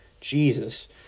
Jesus